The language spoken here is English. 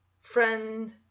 friend